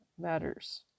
matters